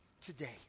today